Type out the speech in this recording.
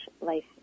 life